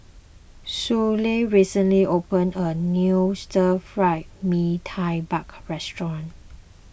Suellen recently opened a new Stir Fried Mee Tai Mak Restaurant